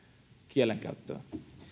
kielenkäyttöä